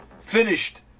finished